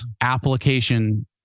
application